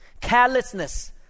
carelessness